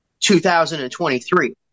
2023